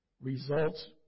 results